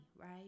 right